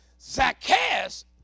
Zacchaeus